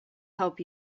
help